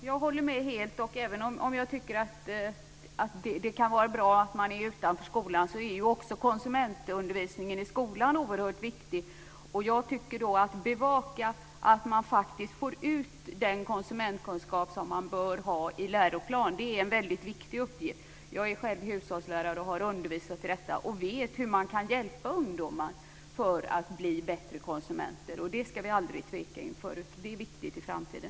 Fru talman! Jag håller helt med. Men även om det kan vara bra att detta sker utanför skolan är också konsumentundervisningen i skolan oerhört viktig. Att bevaka att man faktiskt får ut den konsumentkunskap som man bör ha enligt läroplanen tycker jag är en väldigt viktig uppgift. Jag är själv hushållslärare och har undervisat i detta och vet hur man kan hjälpa ungdomar att bli bättre konsumenter. Det ska vi aldrig tveka inför. Det är viktigt i framtiden.